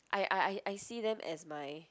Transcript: I I I I see them as my